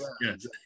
yes